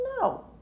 No